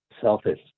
Selfish